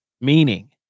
meaning